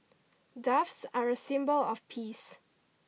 doves are a symbol of peace